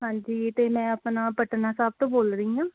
ਹਾਂਜੀ ਅਤੇ ਮੈਂ ਆਪਣਾ ਪਟਨਾ ਸਾਹਿਬ ਤੋਂ ਬੋਲ ਰਹੀ ਹਾਂ